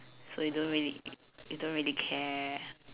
so you don't really you don't really care